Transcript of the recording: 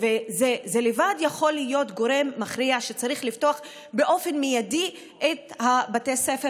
זה לבד יכול להיות גורם מכריע לכך שצריך לפתוח באופן מיידי את בתי הספר,